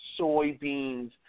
soybeans